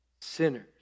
sinners